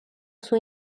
sua